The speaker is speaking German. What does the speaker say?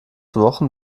wochen